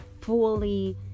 fully